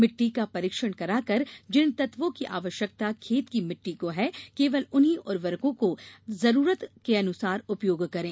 मिट्टी का परीक्षण कराकर जिन तत्वों की आवश्यकता खेत की मिट्टी को है केवल उन्हीं उर्वरकों को जरूरत अनुसार उपयोग करें